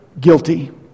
guilty